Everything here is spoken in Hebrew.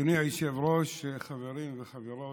אדוני היושב-ראש, חברים וחברות,